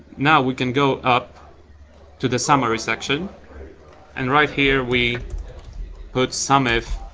now we can go up to the summary section and right here we put sumif